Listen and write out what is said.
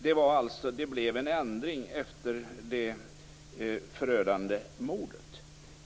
Det blev alltså en ändring efter det förödande mordet.